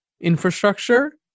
infrastructure